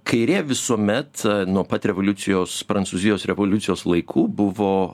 kairė visuomet nuo pat revoliucijos prancūzijos revoliucijos laikų buvo